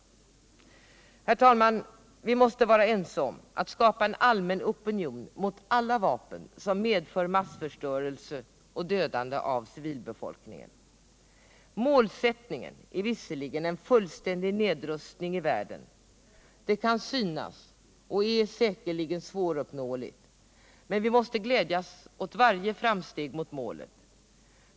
Herr talman! Vi måste vara ense om att skapa en allmän opinion mot alla vapen som medför massförstörelse och dödande av civilbefolkningen. Målsättningen är visserligen en fullständig nedrustning i världen, vilken kan synas och säkerligen är svåruppnåelig. Men vi måste glädja oss åt varje framsteg mot målet.